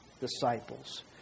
disciples